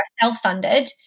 self-funded